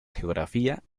geografía